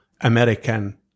American